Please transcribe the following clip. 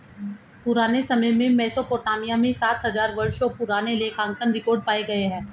पुराने समय में मेसोपोटामिया में सात हजार वर्षों पुराने लेखांकन रिकॉर्ड पाए गए हैं